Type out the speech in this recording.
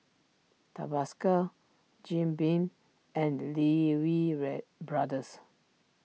Tabasco Jim Beam and Lee Wee Brothers